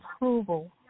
approval